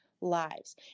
lives